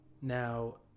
Now